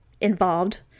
involved